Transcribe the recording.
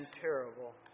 terrible